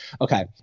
okay